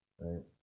right